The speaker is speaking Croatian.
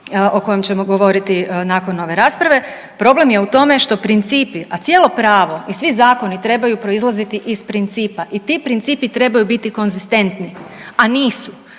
o kojem ćemo govoriti nakon ove rasprave, problem je u tome što principi a cijelo pravo i svi zakoni trebaju prolaziti iz principa i ti principi trebaju biti konzistentni a nisu.